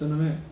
真的 meh